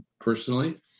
personally